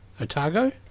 otago